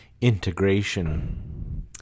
integration